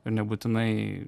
ir nebūtinai